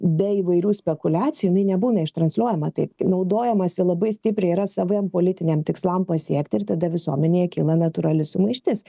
be įvairių spekuliacijų jinai nebūna ištransliuojama taip naudojamasi labai stipriai yra saviem politiniam tikslam pasiekti ir tada visuomenėje kyla natūrali sumaištis